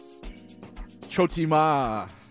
Chotima